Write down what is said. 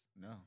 No